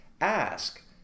ask